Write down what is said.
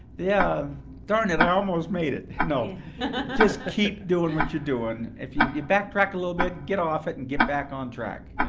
yeah darn it. i almost made it. you know just keep doing what you're doing. if you backtrack a little bit, get off it, and get back on track.